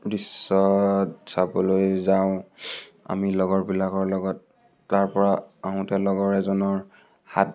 দৃশ্যত চাবলৈ যাওঁ আমি লগৰবিলাকৰ লগত তাৰপৰা আহোঁতে লগৰ এজনৰ হাত